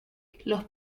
los